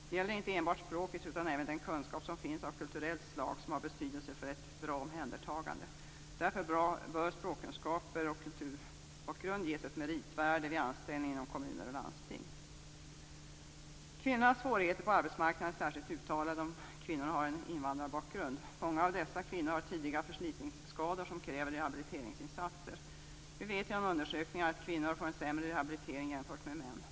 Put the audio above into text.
Det gäller inte enbart språket utan även den kunskap av kulturellt slag som har betydelse för ett bra omhändertagande. Därför bör språkkunskaper och kulturbakgrund ges ett meritvärde vid anställning inom kommuner och landsting. Kvinnans svårigheter på arbetsmarknaden är särskilt uttalade för de kvinnor som har invandrarbakgrund. Många av dessa kvinnor har tidiga förslitningsskador som kräver rehabiliteringsinsatser. Vi vet genom undersökningar att kvinnor får en sämre rehabilitering jämfört med män.